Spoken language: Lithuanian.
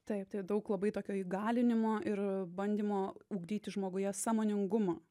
taip tai daug labai tokio įgalinimo ir bandymo ugdyti žmoguje sąmoningumą